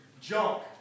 junk